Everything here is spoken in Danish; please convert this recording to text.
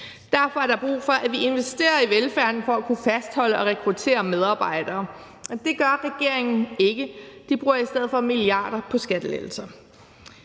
Derfor er der brug for, at vi investerer i velfærden for at kunne fastholde og rekruttere medarbejdere, og det gør regeringen ikke. Man bruger i stedet for milliarder på skattelettelser,